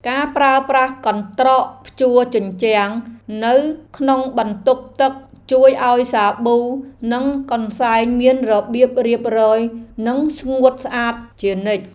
ការប្រើប្រាស់កន្ត្រកព្យួរជញ្ជាំងនៅក្នុងបន្ទប់ទឹកជួយឱ្យសាប៊ូនិងកន្សែងមានរបៀបរៀបរយនិងស្ងួតស្អាតជានិច្ច។